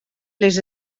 les